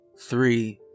three